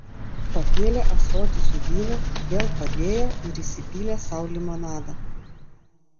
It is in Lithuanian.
pakėlė ąsotį su vynu vėl padėjo ir įsipylė sau limonado